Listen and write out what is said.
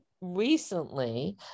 recently